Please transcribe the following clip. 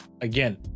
again